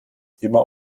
immer